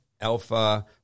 Alpha